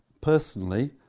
personally